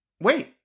wait